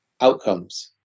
outcomes